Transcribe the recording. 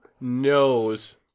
knows